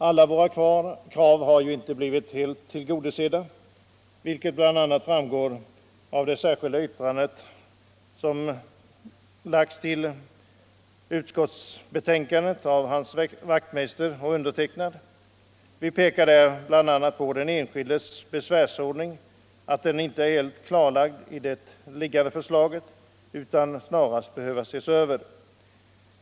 Alla våra krav har inte blivit helt tillgodosedda, vilket bl.a. framgår av det särskilda yttrandet till utskottsbetänkandet av herr Wachtmeister i Johannishus och mig. Vi pekar där bl.a. på att den enskildes besvärsordning inte är helt klarlagd i de föreliggande förslagen, utan snarast behöver ses över.